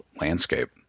landscape